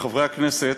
וכחברי הכנסת,